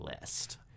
list